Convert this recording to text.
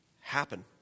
happen